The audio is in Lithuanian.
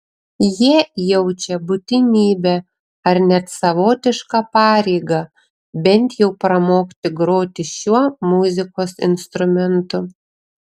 jie jaučia būtinybę ar net savotišką pareigą bent jau pramokti groti šiuo muzikos instrumentu